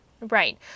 Right